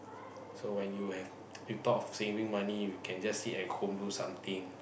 so when you have you thought of saving money you can just sit at home do something